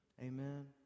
Amen